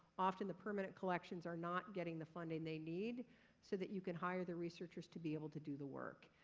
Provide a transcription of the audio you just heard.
often the permanent collections are not getting the funding they need so that you can hire the researchers to be able to do the work.